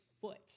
foot